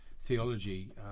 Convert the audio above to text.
theology